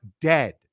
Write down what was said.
dead